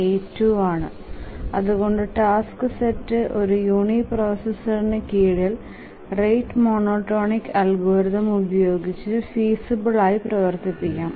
82 ആണ് അതുകൊണ്ട് task set ഒരു യൂനിപ്രോസെസ്സറിനു കീഴിൽ റേറ്റ് മോനോടോണിക് അൽഗോരിതം ഉപയോഗിച്ച് ഫീസിബിൽ ആയി പ്രവർത്തിക്കാം